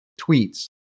tweets